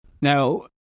Now